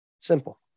simple